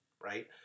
right